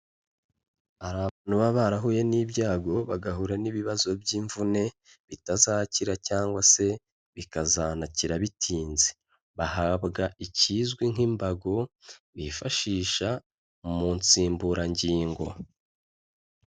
Hari abantu baba barahuye n'ibyago, bagahura n'ibibazo by'imvune bitazakira, cyangwa se bikazanakira bitinze, bahabwa ikizwi nk'imbago, bifashisha mu nsimburangingo.